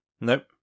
Nope